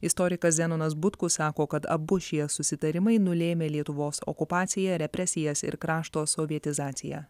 istorikas zenonas butkus sako kad abu šie susitarimai nulėmė lietuvos okupaciją represijas ir krašto sovietizaciją